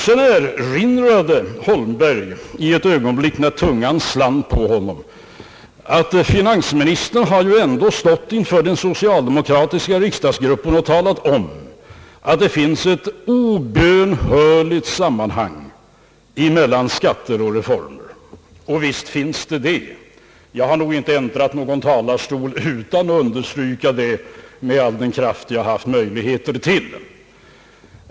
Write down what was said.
Herr Holmberg erinrade vidare i ett ögonblick när tungan slant på honom att finansministern ju ändå har stått inför den socialdemokratiska riksdagsgruppen och talat om att det finns ett obönhörligt sammanhang mellan skatter och reformer. Visst finns det det. Jag har nog inte äntrat någon talarstol utan att understryka detta med all den kraft jag varit i stånd till.